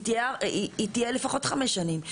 היא תהיה לפחות חמש שנים.